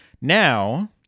Now